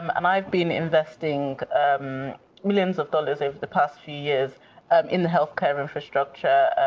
um and i've been investing millions of dollars over the past few years in the health care infrastructure,